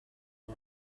boy